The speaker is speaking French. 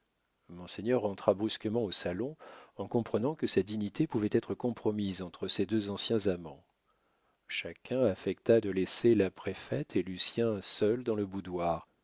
monseigneur rentra brusquement au salon en comprenant que sa dignité pouvait être compromise entre ces deux anciens amants chacun affecta de laisser la préfète et lucien seuls dans le boudoir